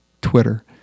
Twitter